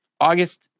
August